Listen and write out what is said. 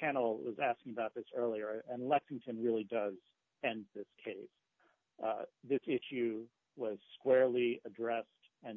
panel was asked about this earlier and lexington really does and this case this issue was squarely addressed and